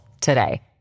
today